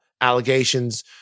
allegations